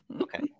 Okay